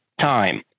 time